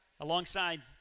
Alongside